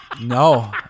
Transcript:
No